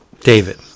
David